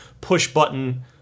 push-button